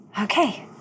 Okay